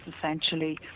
essentially